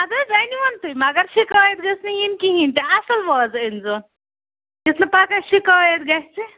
اَدٕ حَظ أَنَوُن تُہۍ مگر شِکایَت گٔژھِ نہٕ یِنۍ کِہیٖنۍ تہِ اَصٕل وازٕ أنۍ زون یُتھ نہٕ پگاہ شِکایَت گَژھِ